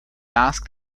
mask